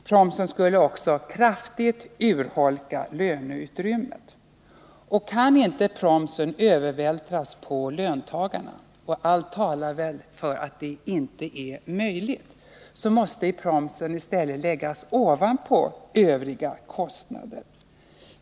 Promsen skulle också kraftigt urholka löneutrymmet. Kan inte promsen övervältras på löntagarna — och allt talar väl för att det inte är möjligt — så måste promsen i stället läggas ovanpå övriga kostnader.